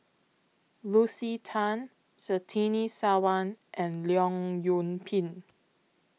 Lucy Tan Surtini Sarwan and Leong Yoon Pin